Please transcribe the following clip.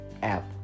app